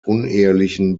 unehelichen